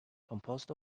composed